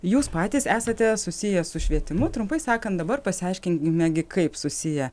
jūs patys esate susiję su švietimu trumpai sakant dabar pasiaiškinkime gi kaip susiję